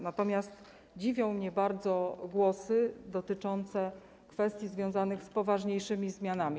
Natomiast dziwią mnie bardzo głosy dotyczące kwestii związanych z poważniejszymi zmianami.